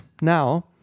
now